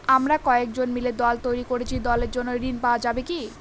আমরা কয়েকজন মিলে দল তৈরি করেছি দলের জন্য ঋণ পাওয়া যাবে কি?